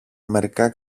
μερικά